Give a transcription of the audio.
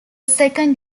second